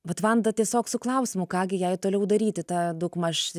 vat vanda tiesiog su klausimu ką gi jai toliau daryti tą daugmaž